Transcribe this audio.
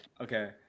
Okay